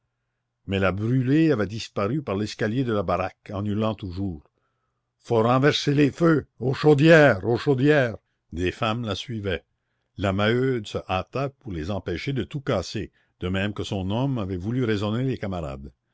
mais la brûlé avait disparu par l'escalier de la baraque en hurlant toujours faut renverser les feux aux chaudières aux chaudières des femmes la suivaient la maheude se hâta pour les empêcher de tout casser de même que son homme avait voulu raisonner les camarades